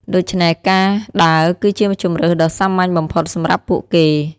ដូច្នេះការដើរគឺជាជម្រើសដ៏សាមញ្ញបំផុតសម្រាប់ពួកគេ។